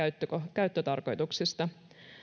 käyttötarkoituksista